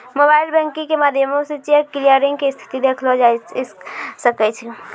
mobile banking के माध्यमो से चेक क्लियरिंग के स्थिति देखलो जाय सकै छै